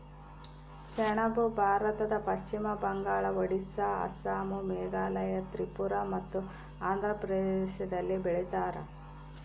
ಸೆಣಬು ಭಾರತದ ಪಶ್ಚಿಮ ಬಂಗಾಳ ಒಡಿಸ್ಸಾ ಅಸ್ಸಾಂ ಮೇಘಾಲಯ ತ್ರಿಪುರ ಮತ್ತು ಆಂಧ್ರ ಪ್ರದೇಶದಲ್ಲಿ ಬೆಳೀತಾರ